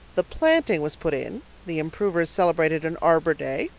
the planting was put in the improvers celebrated an arbor day.